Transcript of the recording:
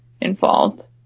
involved